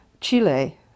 Chile